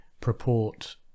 purport